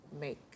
make